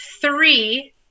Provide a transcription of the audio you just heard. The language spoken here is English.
three